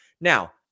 Now